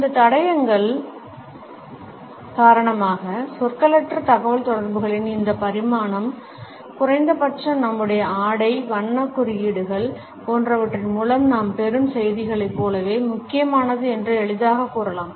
இந்த தடயங்கள் காரணமாக சொற்களற்ற தகவல்தொடர்புகளின் இந்த பரிமாணம் குறைந்தபட்சம் நம்முடைய ஆடை வண்ணக் குறியீடுகள் போன்றவற்றின் மூலம் நாம் பெறும் செய்திகளைப் போலவே முக்கியமானது என்று எளிதாகக் கூறலாம்